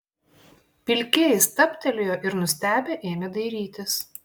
pilkieji stabtelėjo ir nustebę ėmė dairytis